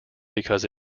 because